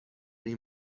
این